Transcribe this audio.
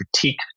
critique